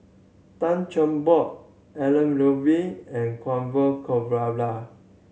Tan Cheng Bock Elangovan and Orfeur Cavenagh